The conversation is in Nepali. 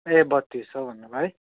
ए बत्तिस सय भन्नुभयो है